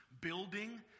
building